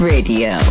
Radio